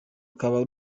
rukaba